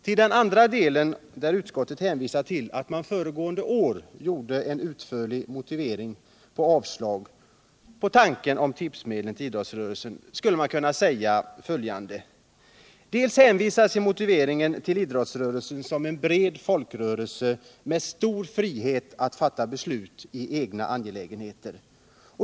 Om den andra delen, där utskottet hänvisar till att man föregående år utförligt motiverade sitt avstyrkande av förslaget om tipsmedel till idrottsrörelsen kan sägas följande: Utskottet hänvisar i motiveringen till idrottsrörelsen som en bred folkrörelse med stor frihet att fatta beslut i egna angelägenheter.